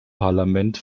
parlament